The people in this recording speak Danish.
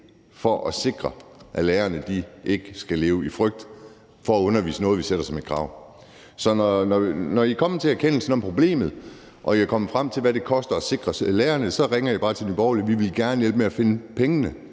for at sikre, at lærerne ikke skal leve i frygt for at undervise i noget, vi sætter som et krav. Så når I er kommet til erkendelsen af problemet og I er kommet frem til, hvad det koster at sikre lærerne, så ringer I bare til Nye Borgerlige. Vi vil gerne hjælpe med at finde pengene.